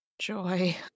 Joy